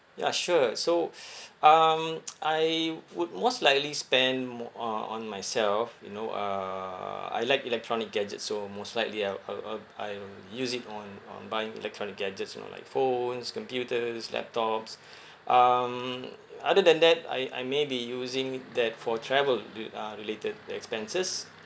ya sure so um I would most likely spend more uh on myself you know uh I like electronic gadgets so most likely I'll I'll I'll I will use it on on buying electronic gadgets you know like phones computers laptops um other than that I I may be using that for travel du~ uh related expenses